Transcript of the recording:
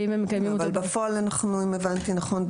אבל בפועל אם הבנתי נכון,